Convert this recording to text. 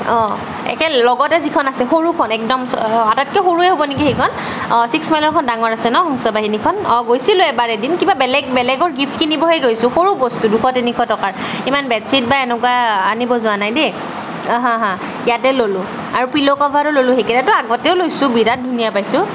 অঁ একে লগতে যিখন আছে সৰুখন একদম আটাইতকৈ সৰুৱে হ'ব নেকি সেইখন অঁ ছিক্সমাইলৰখন ডাঙৰ আছে ন হংসবাহিনীখন অঁ গৈছিলোঁ এবাৰ এদিন কিবা বেলেগ বেলেগৰ গিফ্ট কিনিবহে গৈছোঁ সৰু বস্তু দুশ তিনিশ টকাৰ ইমান বেড ছিট বা এনেকুৱা আনিব যোৱা নাই দেই হাঁ হাঁ ইয়াতে ল'লো আৰু পিল' কভাৰো ল'লো সেইকেইটাতো আগতেও লৈছোঁ বিৰাট ধুনীয়া পাইছোঁ